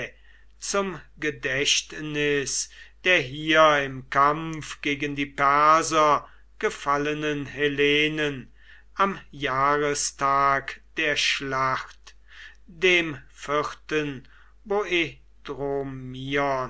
zum gedächtnis der hier im kampf gegen die perser gefallenen hellenen am jahrestag der schlacht dem